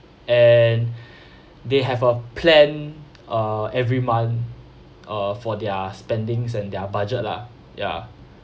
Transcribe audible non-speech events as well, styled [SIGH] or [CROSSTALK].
and [BREATH] they have a plan uh every month uh for their spending and their budget lah ya